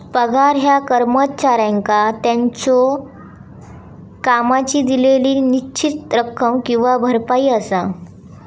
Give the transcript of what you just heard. पगार ह्या कर्मचाऱ्याक त्याच्यो कामाची दिलेली निश्चित रक्कम किंवा भरपाई असा